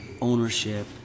ownership